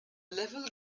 level